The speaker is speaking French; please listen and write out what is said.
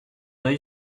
oeil